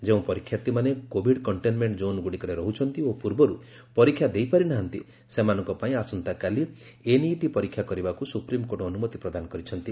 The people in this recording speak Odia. ଯେଉଁ ପରୀକ୍ଷାର୍ଥୀମାନେ କୋବିଡ୍ କଷ୍ଟେନମେଣ୍ଟ ଜୋନ୍ଗୁଡ଼ିକରେ ରହୁଛନ୍ତି ଓ ପୂର୍ବରୁ ପରୀକ୍ଷା ଦେଇପାରିନାହାନ୍ତି ସେମାନଙ୍କ ପାଇଁ ଆସନ୍ତାକାଲି ଏନ୍ଇଇଟି ପରୀକ୍ଷା କରିବାକୁ ସୁପ୍ରମିକୋର୍ଟ ଅନୁମତି ପ୍ରଦାନ କରିଛନ୍ତି